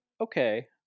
okay